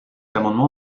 amendement